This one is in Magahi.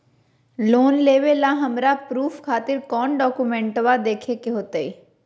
लोन लेबे ला हमरा प्रूफ खातिर कौन डॉक्यूमेंट देखबे के होतई?